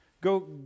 Go